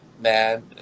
man